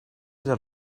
del